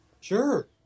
Sure